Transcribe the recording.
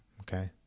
Okay